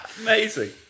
Amazing